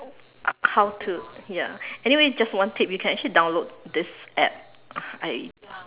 how to ya anyway just one tip you can actually download this app I